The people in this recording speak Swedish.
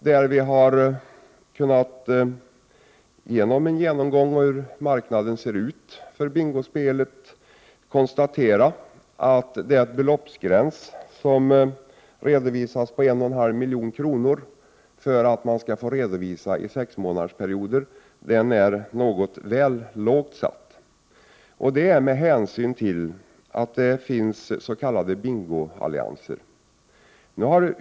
På grundval av en genomgång av hur marknaden ser ut för bingospelet har vi kunnat konstatera att beloppsgränsen på 1,5 milj.kr. som gäller för att man skall få redovisa i sexmånadersperioder är väl lågt satt, med hänsyn till att det finns s.k. bingoallianser.